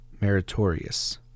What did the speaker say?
meritorious